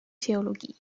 theologie